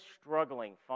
struggling